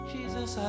Jesus